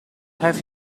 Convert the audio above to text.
have